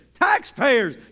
Taxpayers